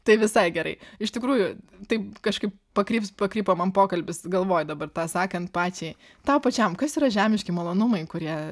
tai visai gerai iš tikrųjų taip kažkaip pakryps pakrypo man pokalbis galvoj dabar tą sakant pačiai tau pačiam kas yra žemiški malonumai kurie